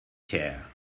care